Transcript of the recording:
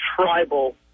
tribal